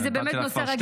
כי זה נושא רגיש.